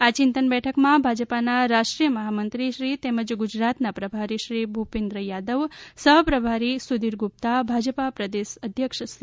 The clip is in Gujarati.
આ ચિંતન બેઠકમાં ભાજપાના રાષ્ટ્રીય મહામંત્રીશ્રી તેમજ ગુજરાતના પ્રભારીશ્રી ભુપેન્દ્ર યાદવ સહ પ્રભારીશ્રી સુધીર ગુપ્તા ભાજપા પ્રદેશ અધ્યક્ષશ્રી સી